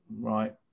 right